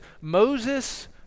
Moses